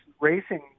racing